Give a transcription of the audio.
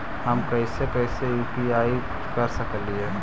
हम कैसे कैसे यु.पी.आई कर सकली हे?